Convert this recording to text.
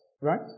Right